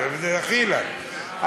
דחילק.